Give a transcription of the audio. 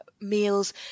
meals